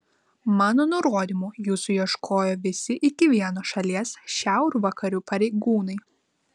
mano nurodymu jūsų ieškojo visi iki vieno šalies šiaurvakarių pareigūnai